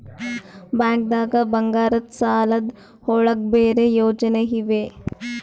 ಬ್ಯಾಂಕ್ದಾಗ ಬಂಗಾರದ್ ಸಾಲದ್ ಒಳಗ್ ಬೇರೆ ಯೋಜನೆ ಇವೆ?